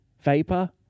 vapor